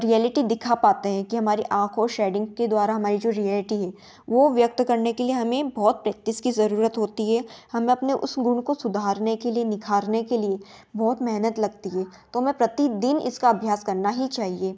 reality दिखा पाते हैं कि हमारी आँख और शेडिंग के द्वारा हमारी जो रियेटी है वह व्यक्त करने के लिए हमें बहुत प्रेक्टिस की ज़रूरत होती है हमें अपने उस गुण को सुधारने के लिए निखारने के लिए बहुत मेहनत लगती है तो हमें प्रतिदिन इसका अभ्यास करना ही चाहिए